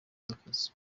z’akazi